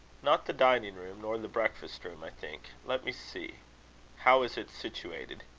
not the dining-room, nor the breakfast-room i think. let me see how is it situated?